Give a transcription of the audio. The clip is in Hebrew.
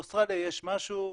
באוסטרליה יש משהו,